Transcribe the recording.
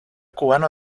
cubano